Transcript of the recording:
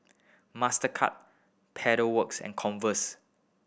Mastercard Pedal Works and Converse